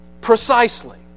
precisely